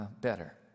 better